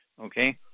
Okay